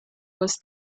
was